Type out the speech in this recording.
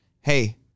Hey